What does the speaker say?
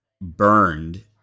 burned